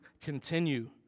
continue